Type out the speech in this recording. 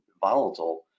volatile